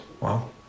Wow